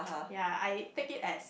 ya I take it as